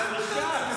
מה זה הדבר הזה?